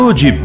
de